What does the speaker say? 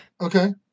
Okay